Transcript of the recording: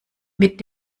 mit